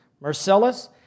Marcellus